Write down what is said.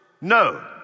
No